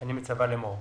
אני מצווה לאמור: